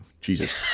Jesus